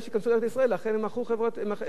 לכן הם מחו בעניין הזה.